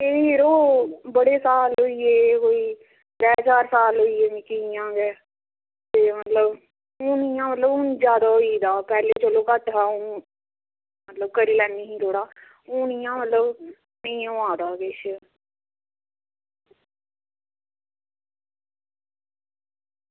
में यरो बड़े साल होई गे कोई त्रैऽ चार साल होई गे कोई चार साल होई गे मिगी इंया गै ते मतलब हून इंया जादै होई गेदा पैह्लें इंया गै पैह्लें चलो घट्ट हा एह् ते मतलब करी लैनी ही थोह्ड़ा हून इंया मतलब होआ दा किश मतलब